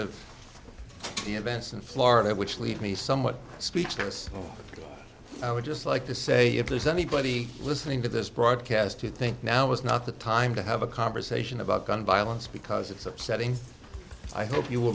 of the events in florida which leave me somewhat speechless i would just like to say if there's anybody listening to this broadcast who think now is not the time to have a conversation about gun violence because it's upsetting i hope you will